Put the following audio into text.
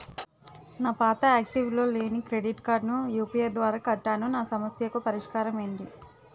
నా పాత యాక్టివ్ లో లేని క్రెడిట్ కార్డుకు యు.పి.ఐ ద్వారా కట్టాను నా సమస్యకు పరిష్కారం ఎంటి?